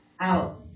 out